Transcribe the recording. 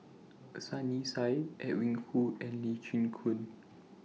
Sunny Sia Edwin Koo and Lee Chin Koon